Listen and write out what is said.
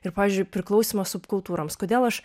ir pavyzdžiui priklausymą subkultūroms kodėl aš